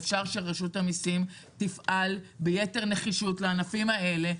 אפשר שרשות המיסים תפעל ביתר נחישות לגבי הענפים האלה,